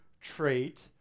trait